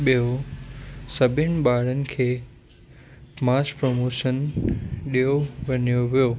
ॿियों सभिनि ॿारनि खे मास प्रमोशन ॾियो वञियो वियो